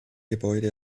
gebäude